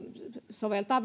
soveltaa